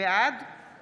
בעד